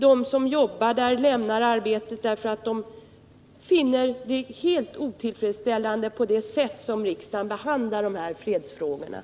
De som arbetar där lämnar arbetet, därför att de finner riksdagens sätt att behandla fredsfrågorna helt otillfredsställande.